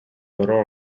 però